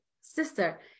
sister